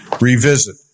revisit